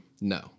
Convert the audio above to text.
No